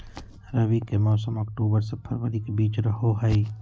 रबी के मौसम अक्टूबर से फरवरी के बीच रहो हइ